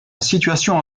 situation